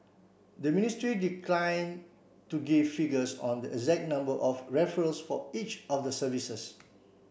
the ministry declined to give figures on the exact number of referrals for each of the services